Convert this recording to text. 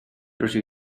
rydw